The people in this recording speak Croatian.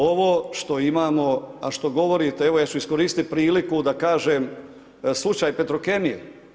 Ovo što imamo a što govorite, ja ću iskoristiti priliku da kažem slučaj Petrokemije.